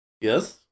Yes